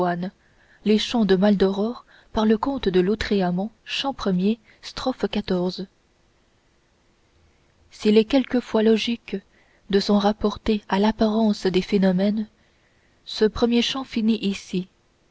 pardon s'il est quelquefois logique de s'en rapporter à l'apparence des phénomènes ce premier chant finit ici